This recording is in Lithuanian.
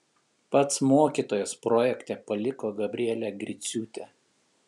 pats mokytojas projekte paliko gabrielę griciūtę